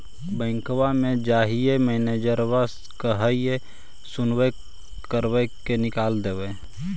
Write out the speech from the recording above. बैंकवा मे जाहिऐ मैनेजरवा कहहिऐ सैनवो करवा के निकाल देहै?